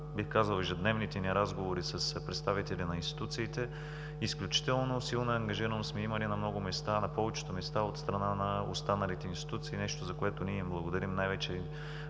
бих казал, в ежедневните ни разговори с представители на институциите. Изключително силна ангажираност сме имали на много места, на повечето места от страна на останалите институции – нещо, за което ние им благодарим най-вече